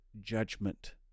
Judgment